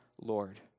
Lord